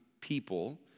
people